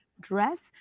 dress